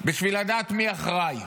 בשביל לדעת מי אחראי.